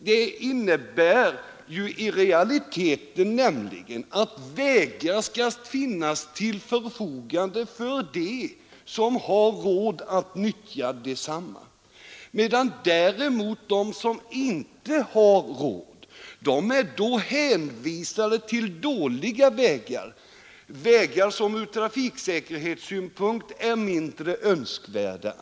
Det innebär nämligen i realiteten att vägar skulle stå till förfogande för de människor som har råd att nyttja dem, medan däremot de som inte har råd är hänvisade til! dåliga vägar — vägar som från trafiksäkerhetssynpunkt är mindre önskvärda.